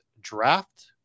draft